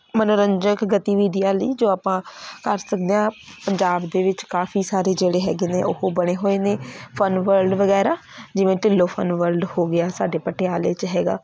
ਮਨੋਰੰਜਕ ਗਤੀਵਿਧੀਆਂ ਲਈ ਜੋ ਆਪਾਂ ਕਰ ਸਕਦੇ ਹਾਂ ਪੰਜਾਬ ਦੇ ਵਿੱਚ ਕਾਫੀ ਸਾਰੇ ਜਿਹੜੇ ਹੈਗੇ ਨੇ ਉਹ ਬਣੇ ਹੋਏ ਨੇ ਫਨ ਵਰਲਡ ਵਗੈਰਾ ਜਿਵੇਂ ਢਿੱਲੋ ਫਨ ਵਰਲਡ ਹੋ ਗਿਆ ਸਾਡੇ ਪਟਿਆਲੇ 'ਚ ਹੈਗਾ